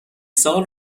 سال